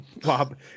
Bob